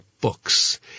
books